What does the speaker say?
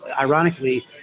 ironically